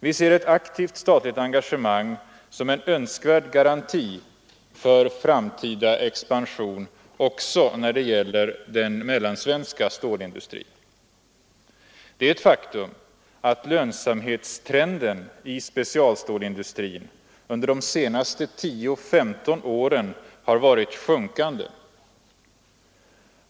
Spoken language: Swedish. Vi ser ett aktivt statligt engagemang som en önskvärd garanti för framtida expansion också när det gäller den mellansvenska stålindustrin. Det är ett faktum att lönsamhetstrenden i specialstålindustrin under de senaste 10—15 åren varit sjunkande.